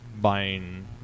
buying